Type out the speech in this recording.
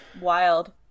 wild